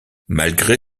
malgré